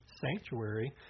sanctuary